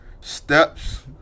steps